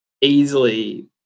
easily